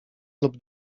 lub